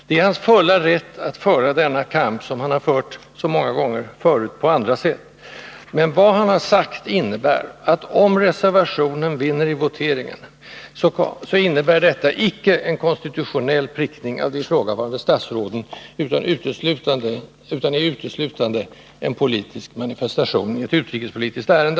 Det är Olle Wästbergs fulla rätt att föra denna kamp, som han fört så många gånger tidigare på andra sätt, men av vad han har sagt kan man konstatera att om reservationen vinner i voteringen, så innebär detta icke en konstitutionell prickning av de ifrågavarande statsråden, utan det är uteslutande en politisk manifestation i ett utrikespolitiskt ärende.